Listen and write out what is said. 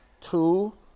Two